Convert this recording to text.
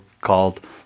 called